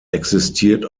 existiert